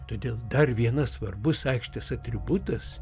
todėl dar vienas svarbus aikštės atributas